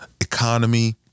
Economy